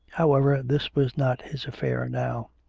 however, this was not his affair now.